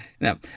Now